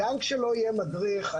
גם כשלא יהיה מדריך,